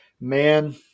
man